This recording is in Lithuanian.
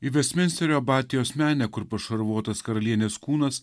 į vestminsterio abatijos menę kur pašarvotas karalienės kūnas